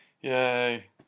Yay